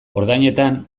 ordainetan